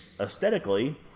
aesthetically